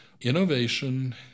Innovation